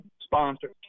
sponsors